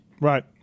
Right